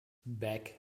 beck